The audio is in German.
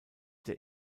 der